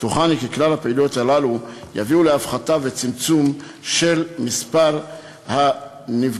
בטוחני כי כלל הפעילויות הללו יביאו להפחתה וצמצום של מספר הנפגעים,